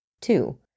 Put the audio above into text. Two